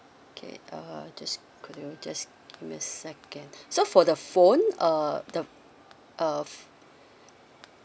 okay uh this could do just give me a second so for the phone uh the uh